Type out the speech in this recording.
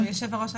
היושב-ראש,